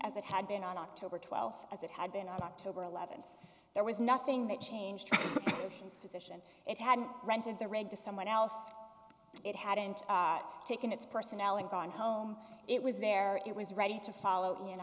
as it had been on october twelfth as it had been october eleventh there was nothing that changed its position it had rented the red to someone else it hadn't taken its personnel and gone home it was there it was ready to follow